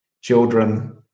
children